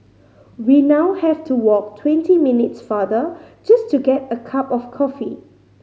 we now have to walk twenty minutes farther just to get a cup of coffee